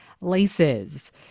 laces